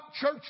church